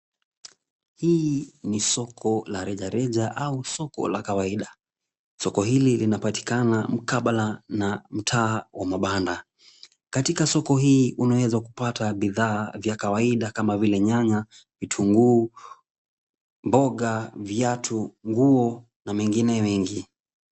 Hili ni soko la reja reja au soko la kawaida. Soko hili linapatikana mkabala au mtaa wa mabanda. Katika soko hii unaweza kupata bidhaa za kawaida kama vile nyanya, vitunguu, mboga, viatu, nguo na mengine mengi.